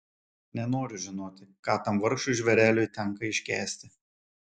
nenoriu žinoti ką tam vargšui žvėreliui tenka iškęsti